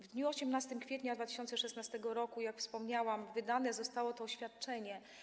W dniu 18 kwietnia 2016 r., jak wspomniałam, wydane zostało to oświadczenie.